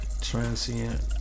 transient